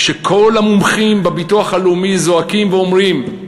כשכל המומחים בביטוח הלאומי זועקים ואומרים: